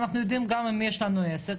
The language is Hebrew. אנחנו יודעים גם עם מי יש לנו עסק,